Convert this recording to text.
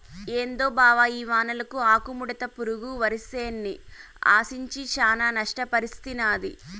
ఏందో బావ ఈ వానలకు ఆకుముడత పురుగు వరిసేన్ని ఆశించి శానా నష్టపర్సినాది